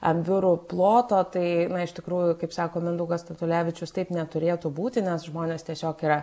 ant biurų ploto tai iš tikrųjų kaip sako mindaugas statulevičius taip neturėtų būti nes žmonės tiesiog yra